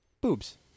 boobs